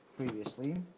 previously